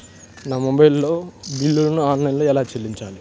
నా మొబైల్ బిల్లును ఆన్లైన్లో ఎలా చెల్లించాలి?